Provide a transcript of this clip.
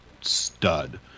stud